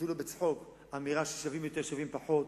אפילו בצחוק אמירה של שווים יותר, שווים פחות.